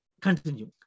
continue